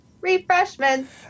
refreshments